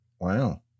Wow